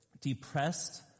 depressed